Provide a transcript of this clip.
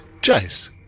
Jace